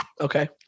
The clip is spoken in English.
Okay